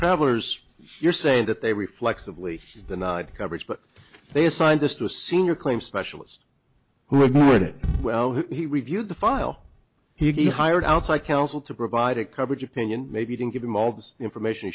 travelers you're saying that they reflexively denied coverage but they assigned this to a senior claim specialist who ignored it well he reviewed the file he hired outside counsel to provide a coverage opinion maybe didn't give him all the information